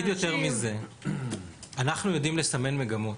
אני אגיד יותר מזה: אנחנו יודעים לסמן מגמות.